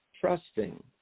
trusting